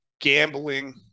gambling